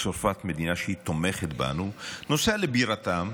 צרפת היא מדינה שתומכת בנו, נוסע לבירתה,